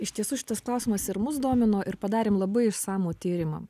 iš tiesų šitas klausimas ir mus domino ir padarėm labai išsamų tyrimą